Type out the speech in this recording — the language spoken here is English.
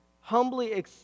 Humbly